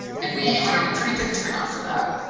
and we and had a pretty good turnout for that?